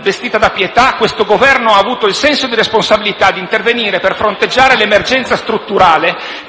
vestita da pietà, questo Governo ha avuto il senso di responsabilità di intervenire per fronteggiare l'emergenza strutturale